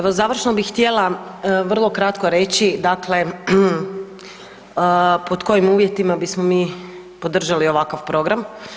Evo završno bih htjela vrlo kratko reći dakle pod kojim uvjetima bismo mi podržali ovakav program.